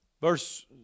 Verse